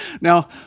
Now